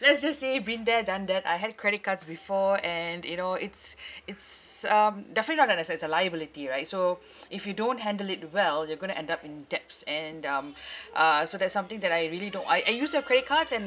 let's just say been there done that I had credit cards before and you know it's it's um definitely not an asset it's a liability right so if you don't handle it well you're going to end up in debts and um uh so that's something that I really don't wa~ I I used to have credit cards and